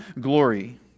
glory